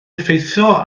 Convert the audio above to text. effeithio